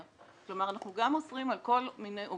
כלומר, אנחנו גם אוסרים על כל מיני עובדים וכדומה,